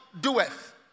doeth